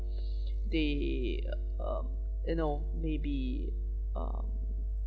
they um you know maybe um